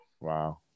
Wow